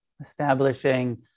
establishing